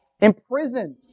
imprisoned